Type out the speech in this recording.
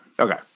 Okay